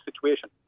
situation